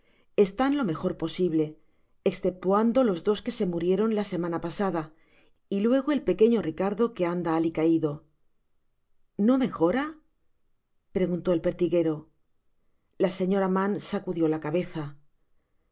están lo mejor posible esceptuando los dos que se murieron la semana pasada y luego el pequeño iíicardo que anda alicaido no mejora preguntó el pertiguero la señora mann sacudió la cabeza la